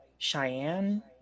cheyenne